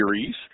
series